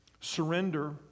surrender